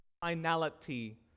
finality